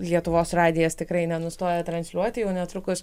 lietuvos radijas tikrai nenustoja transliuoti jau netrukus